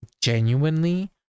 genuinely